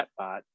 chatbot